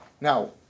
Now